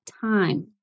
time